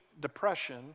depression